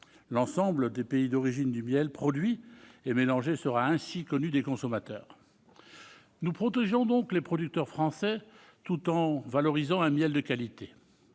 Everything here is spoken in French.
L'ensemble des pays d'origine du miel produit et mélangé sera ainsi connu des consommateurs. Nous protégeons donc les producteurs français, tout en valorisant un miel de qualité.